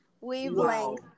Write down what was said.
Wavelength